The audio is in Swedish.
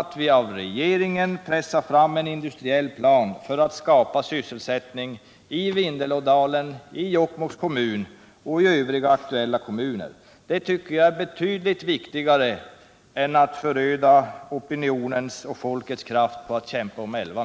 att vi av regeringen måste pressa fram en industriell plan, som kan skapa sysselsättning i Vindelådalen, Jokkmokks kommun och övriga aktuella kommuner. Det är, enligt min mening, betydligt viktigare än att öda opinionens och folkets krafter på att kämpa om älvarna.